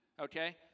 okay